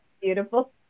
beautiful